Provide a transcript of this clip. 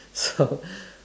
so